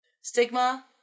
stigma